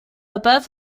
above